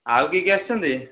ଆଉ କିଏ କିଏ ଆସିଛନ୍ତି